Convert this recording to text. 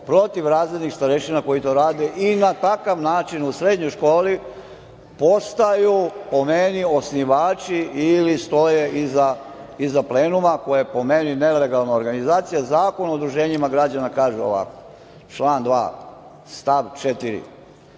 protiv razrednih starešina koji to rade i na takav način u srednjoj školi postaju, po meni, osnivači ili stoje iza plenuma koje je, po meni, nelegalna organizacija. Zakon o udruženjima građana kaže ovako - član 2. stav 4.